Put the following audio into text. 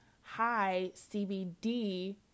high-CBD